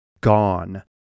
gone